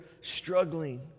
struggling